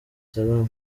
salaam